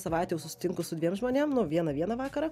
savaitę jau susitinku su dviem žmonėm nu vieną vieną vakarą